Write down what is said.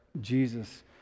Jesus